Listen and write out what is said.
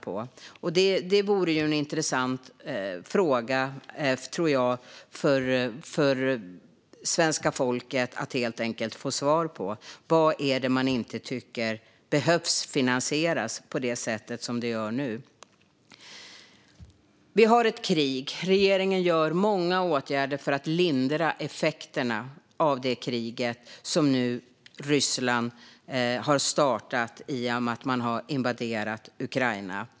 Detta tror jag vore intressant för svenska folket att få svar på. Vad är det man inte tycker behöver finansieras på det sätt som sker nu? Det pågår ett krig, och regeringen gör många åtgärder för att lindra effekterna av det krig som Ryssland har startat i och med att de har invaderat Ukraina.